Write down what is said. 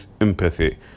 empathy